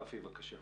רפי, בבקשה.